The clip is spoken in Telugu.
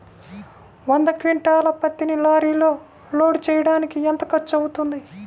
వంద క్వింటాళ్ల పత్తిని లారీలో లోడ్ చేయడానికి ఎంత ఖర్చవుతుంది?